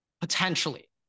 Potentially